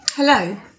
Hello